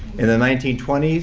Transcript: in the nineteen twenty s,